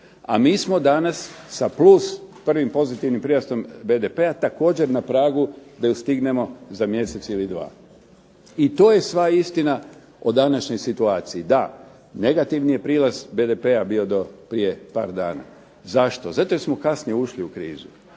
a mi smo danas sa plus prvim pozitivnim prirastom BDP-a također na pragu da ju stignemo za mjesec ili dva. I to je sva istina o današnjoj situaciji. Da, negativni je prilaz BDP-a je bio do prije par dana. Zašto? Zato jer smo kasnije ušli u krizu.